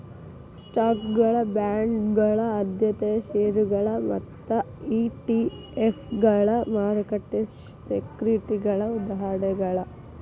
ಸ್ಟಾಕ್ಗಳ ಬಾಂಡ್ಗಳ ಆದ್ಯತೆಯ ಷೇರುಗಳ ಮತ್ತ ಇ.ಟಿ.ಎಫ್ಗಳ ಮಾರುಕಟ್ಟೆ ಸೆಕ್ಯುರಿಟಿಗಳ ಉದಾಹರಣೆಗಳ